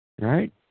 Right